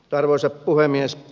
arvoisa puhemies